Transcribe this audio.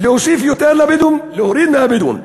להוסיף יותר לבדואים, להוריד מהבדואים.